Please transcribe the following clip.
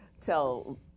tell